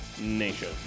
Nation